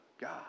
God